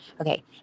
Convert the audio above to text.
Okay